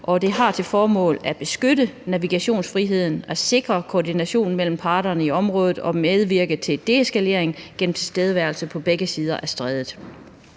det har til formål at beskytte navigationsfriheden og sikre koordinationen mellem parterne i området og medvirke til deeskalering gennem tilstedeværelse på begge sider af strædet.